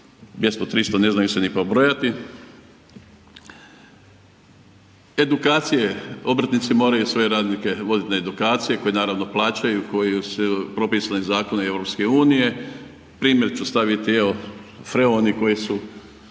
200, 300 ne znaju se ni pobrojati. Edukacije, obrtnici moraju svoje radnike voditi na edukacije koje naravno plaćaju, koje je propisano u zakoni EU. Primjer ću staviti freoni koji su